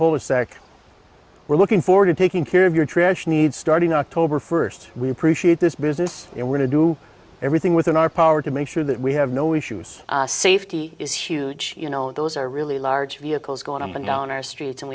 sac we're looking forward to taking care of your trash needs starting october first we appreciate this business and want to do everything within our power to make sure that we have no issues safety is huge you know those are really large vehicles going up and down our streets and